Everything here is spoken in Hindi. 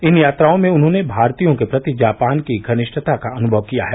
इन यात्राओं में उन्होंने भारतीयों के प्रति जापान की घनिष्ठता का अनुषव किया है